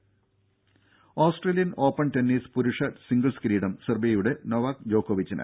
രുമ Australian open tennis പുരുഷ singles കിരീടം സെർബിയയുടെ നൊവാക്ക് ജോക്കോവിച്ചിന്